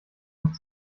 nicht